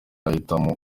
ahitamo